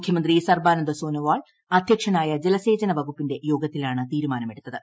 മുഖ്യമന്ത്രി സർബാനന്ദ സോനോവാൾ അധ്യക്ഷനായ ജലസേചന വകുപ്പിന്റെ യോഗത്തിലാണ് തീരുമാനമെടുത്തത്